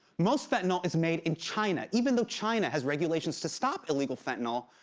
most fentanyl is made in china. even though china has regulations to stop illegal fentanyl,